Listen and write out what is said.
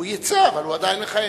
הוא יצא, אבל הוא עדיין מכהן.